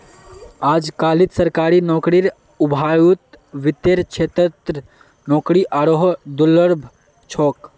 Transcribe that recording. अजकालित सरकारी नौकरीर अभाउत वित्तेर क्षेत्रत नौकरी आरोह दुर्लभ छोक